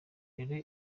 rero